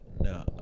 No